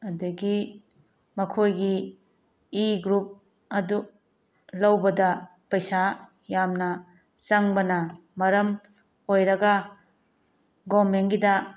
ꯑꯗꯒꯤ ꯃꯈꯣꯏꯒꯤ ꯏ ꯒ꯭ꯔꯨꯞ ꯑꯗꯨ ꯂꯧꯕꯗ ꯄꯩꯁꯥ ꯌꯥꯝꯅ ꯆꯪꯕꯅ ꯃꯔꯝ ꯑꯣꯏꯔꯒ ꯒꯣꯔꯃꯦꯟꯒꯤꯗ